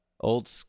old